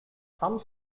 some